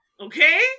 okay